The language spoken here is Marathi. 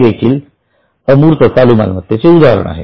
हे देखील अमूर्त चालू मालमत्तेचे उदाहरण आहे